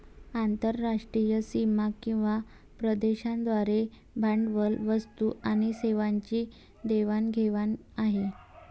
आंतरराष्ट्रीय सीमा किंवा प्रदेशांद्वारे भांडवल, वस्तू आणि सेवांची देवाण घेवाण आहे